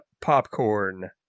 popcorn